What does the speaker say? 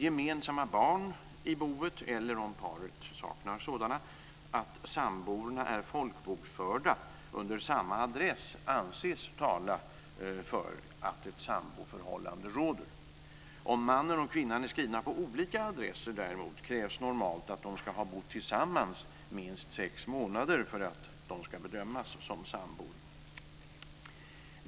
Gemensamma barn i boet eller - om paret saknar sådana - att samborna är folkbokförda under samma adress anses tala för att ett samboförhållande råder. Om mannen och kvinnan är skrivna på olika adresser däremot krävs normalt att de ska ha bott tillsammans minst sex månader för att de ska bedömas som sambor.